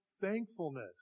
thankfulness